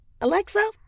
Alexa